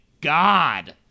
God